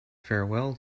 farewell